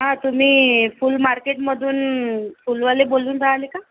हां तुम्ही फुलमार्केटमधून फुलवाले बोलून राहिले का